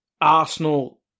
Arsenal